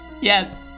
Yes